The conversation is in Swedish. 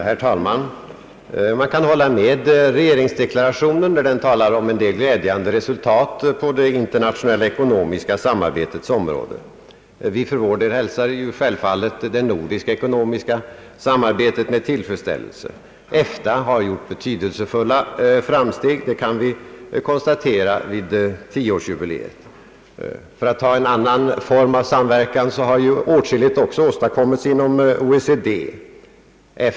Herr talman! Man kan hålla med regeringsdeklarationen, när den talar om en del glädjande resultat på det internationella ekonomiska samarbetets område. Vi för vår del hälsar självfallet det nordiska ekonomiska samarbetet med tillfredsställelse. EFTA har gjort betydelsefulla framsteg, det kan vi konstatera vid jubilerandet. För att nämna en annan form av samverkan, så har åtskilligt också åstadkommits inom OECD.